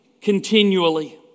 continually